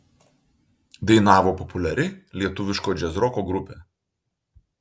dainavo populiari lietuviško džiazroko grupė